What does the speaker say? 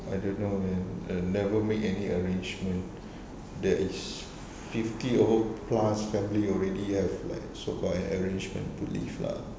I don't know man and never make any arrangement that is fifty over plus family already have like so far make arrangements to leave lah